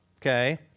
Okay